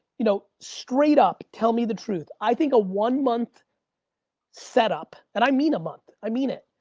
you know straight up tell me the truth. i think a one month setup, and i mean a month, i mean it,